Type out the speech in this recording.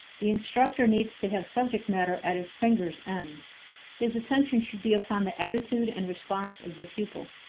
the instructor needs to have subject matter at his fingers' ends his attention should be upon the attitude and response of the pupil.